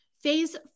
Phase